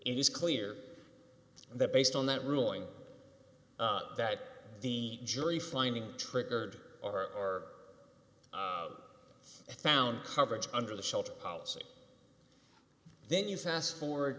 is clear that based on that ruling that the jury finding triggered or that found coverage under the shelter policy then you fast forward